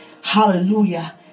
Hallelujah